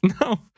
No